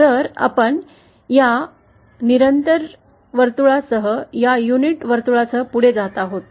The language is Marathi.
तर आम्ही या निरंतर प्रतिकार वर्तुळासह या युनिट वर्तुळासह पुढे जात आहोत